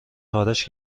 خارش